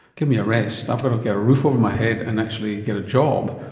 give me a rest, i've got to get a roof over my head and actually get a job,